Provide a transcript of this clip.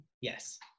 Yes